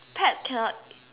pet cannot